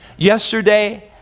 Yesterday